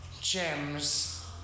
gems